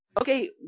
Okay